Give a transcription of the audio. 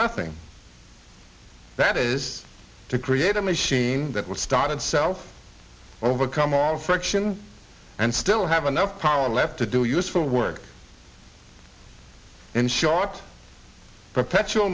nothing that is to create a machine that was started self overcome all fractions and still have enough power left to do useful work and short perpetual